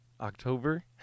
October